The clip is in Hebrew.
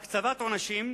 הקצבת עונשים,